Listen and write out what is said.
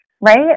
right